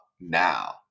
now